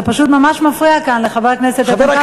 זה פשוט ממש מפריע כאן לחבר הכנסת איתן כבל.